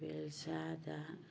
ꯋꯦꯜꯁꯥꯗ